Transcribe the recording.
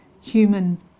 human